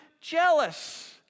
jealous